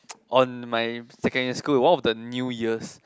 on my second year school all of the new years